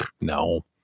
no